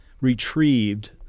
retrieved